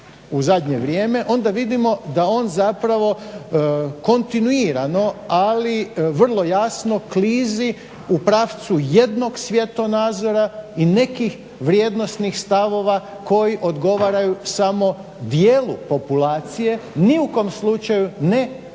onda vidimo da on zapravo kontinuirano, ali vrlo jasno klizi u pravcu jednog svjetonazora i nekih vrijednosnih stavova koji odgovaraju samo dijelu populacije, ni u kom slučaju ne predstavlja,